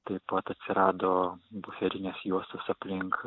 taip pat atsirado buferinės juostos aplink